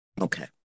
Okay